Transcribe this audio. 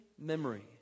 Memory